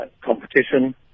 competition